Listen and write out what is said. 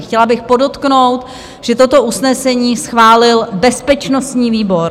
Chtěla bych podotknout, že toto usnesení schválil bezpečnostní výbor.